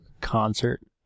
concert